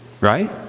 right